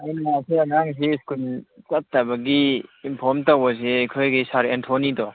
ꯑꯩꯅ ꯑꯩꯈꯣꯏ ꯑꯉꯥꯡꯁꯤ ꯁ꯭ꯀꯨꯜ ꯆꯠꯇꯕꯒꯤ ꯏꯟꯐꯣꯝ ꯇꯧꯕꯁꯤ ꯑꯩꯈꯣꯏꯒꯤ ꯁꯥꯔ ꯑꯦꯟꯊꯣꯅꯤꯗꯣ